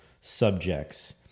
subjects